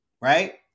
right